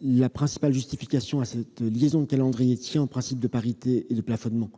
La principale justification à cette liaison de calendriers tient au principe de parité et de plafonnement